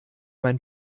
mein